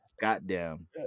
Goddamn